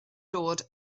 dod